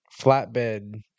flatbed